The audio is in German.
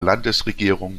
landesregierung